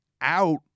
out